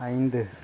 ஐந்து